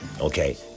okay